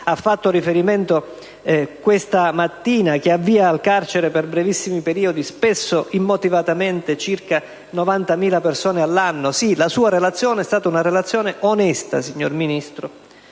ha fatto riferimento questa mattina - che avvia al carcere per brevissimi periodi, spesso immotivatamente, circa 90.000 persone all'anno? La sua, signor Ministro, è stata una relazione onesta. Ricorrere